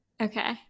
Okay